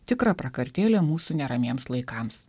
tikra prakartėlė mūsų neramiems laikams